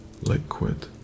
liquid